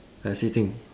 uh Xi Jing